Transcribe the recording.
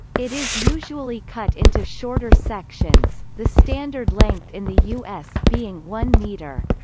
it is usually cut into shorter sections, the standard length in the us being one metre.